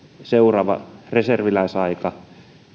seuraava reserviläisaika